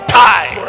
time